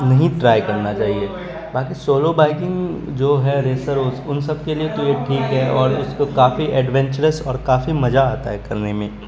نہیں ٹرائی کرنا چاہیے باقی سولو بائیکنگ جو ہے ریسر ان سب کے لیے تو یہ ٹھیک ہے اور اس کو کافی ایڈونچرس اور کافی مزہ آتا ہے کرنے میں